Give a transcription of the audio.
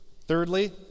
Thirdly